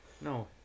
No